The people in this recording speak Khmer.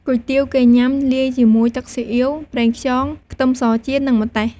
គុយទាវគេញ៉ាំលាយជាមួយទឹកស៊ីអ៊ីវ ប្រេងខ្យង ខ្ទឹមសចៀន និងម្ទេស។